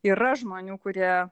yra žmonių kurie